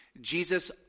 Jesus